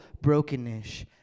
brokenness